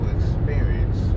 experience